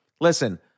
listen